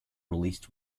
released